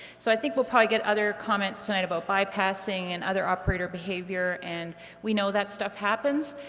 so i think we'll probably get other comments tonight about bypassing and other operator behavior and we know that stuff happens,